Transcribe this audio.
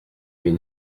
mais